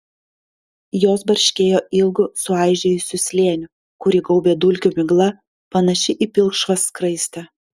jos barškėjo ilgu suaižėjusiu slėniu kurį gaubė dulkių migla panaši į pilkšvą skraistę